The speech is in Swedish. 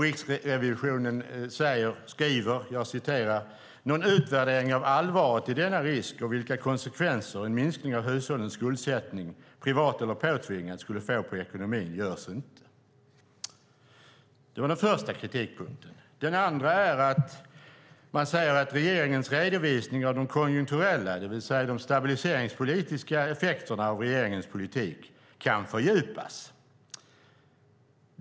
Riksrevisionen skriver: Någon utvärdering av allvaret i denna risk och vilka konsekvenser en minskning av hushållens skuldsättning, privat eller påtvingad, skulle få på ekonomin görs inte. Det var den första kritikpunkten. För det andra säger man att regeringens redovisning av de konjunkturella, det vill säga de stabiliseringspolitiska, effekterna av regeringens politik kan fördjupas.